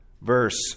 verse